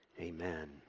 amen